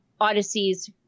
Odyssey's